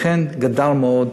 לכן גדל מאוד